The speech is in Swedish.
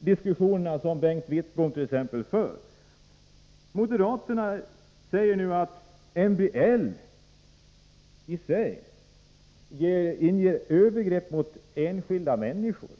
diskussioner som t.ex. Bengt Wittbom för. Moderaterna säger att MBL i sig innebär övergrepp mot enskilda människor,